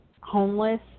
homeless